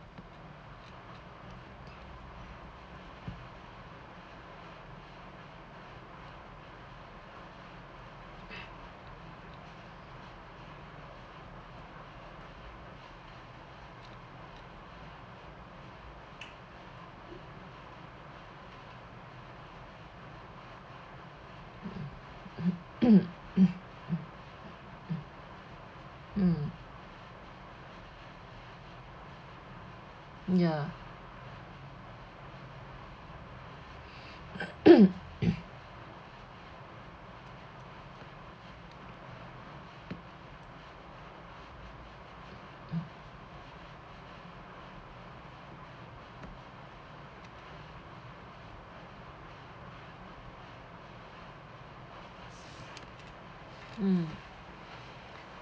mm ya mm mm